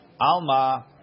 Alma